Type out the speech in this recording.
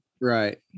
right